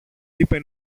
είπε